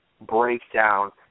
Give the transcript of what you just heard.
breakdown